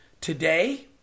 Today